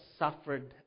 suffered